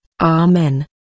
Amen